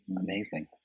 amazing